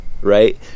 right